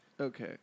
Okay